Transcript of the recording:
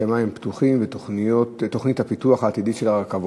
שמים פתוחים ותוכנית הפיתוח העתידית של הרכבות.